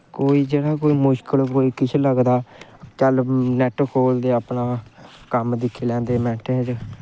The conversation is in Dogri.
कोई जेह्ड़ा कोई किश मुश्कल लगदा चल नैट खोह्लदे अपना कम्म दिक्खी लैंदे नैट पर